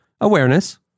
awareness